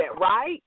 right